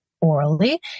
orally